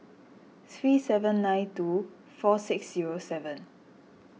three seven nine two four six zero seven